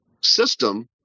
system